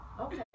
Okay